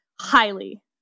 Highly